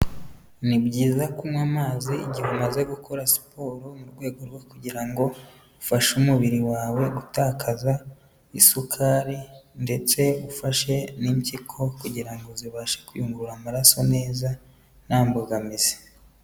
Ni byiza kunywa amazi igihe umaze gukora siporo, mu rwego rwo kugira ngo ufashe umubiri wawe gutakaza isukari ndetse ufashe n'impyiko kugira ngo zibashe kuyungura amaraso neza nta mbogamizi.